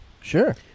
Sure